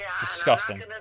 Disgusting